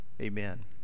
Amen